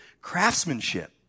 craftsmanship